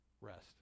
rest